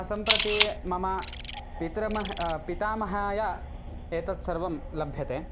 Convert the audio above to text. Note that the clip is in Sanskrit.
सम्प्रति मम पितामहः पितामहाय एतत् सर्वं लभ्यते